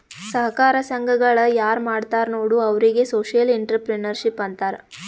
ಸಹಕಾರ ಸಂಘಗಳ ಯಾರ್ ಮಾಡ್ತಾರ ನೋಡು ಅವ್ರಿಗೆ ಸೋಶಿಯಲ್ ಇಂಟ್ರಪ್ರಿನರ್ಶಿಪ್ ಅಂತಾರ್